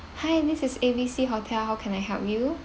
hi this is A B C hotel how can I help you